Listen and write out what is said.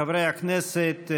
חברי הכנסת,